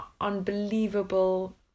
unbelievable